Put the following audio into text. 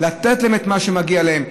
לתת להם את מה שמגיע להם,